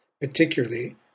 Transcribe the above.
particularly